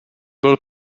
byl